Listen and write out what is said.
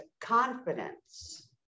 confidence